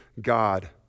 God